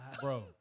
Bro